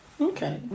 Okay